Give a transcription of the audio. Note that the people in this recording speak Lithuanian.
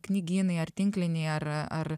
knygynai ar tinklinį ar ar